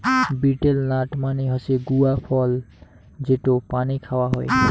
betel nut মানে হসে গুয়া ফল যেটো পানে খাওয়া হই